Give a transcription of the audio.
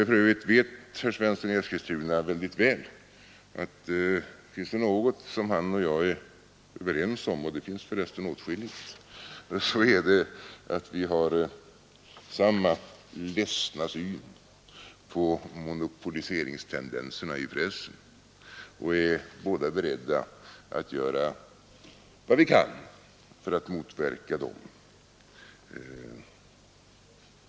Herr Svensson i Eskilstuna vet också mycket väl att finns det något som han och jag är överens om — och det finns för resten åtskilligt — så är det att vi har samma ledsna syn på monopoliseringstendenserna i pressen och är båda beredda att göra vad vi kan för att motverka dem.